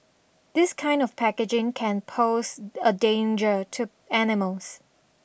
this kind of packaging can pose a danger to animals